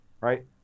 Right